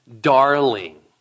darling